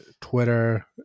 Twitter